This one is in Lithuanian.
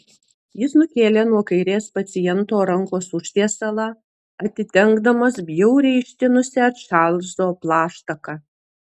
jis nukėlė nuo kairės paciento rankos užtiesalą atidengdamas bjauriai ištinusią čarlzo plaštaką